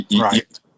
right